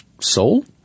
soul